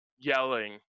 yelling